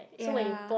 ya